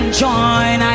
join